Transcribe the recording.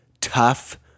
tough